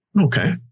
Okay